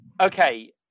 Okay